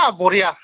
बरिया